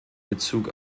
bezug